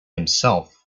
himself